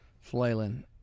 flailing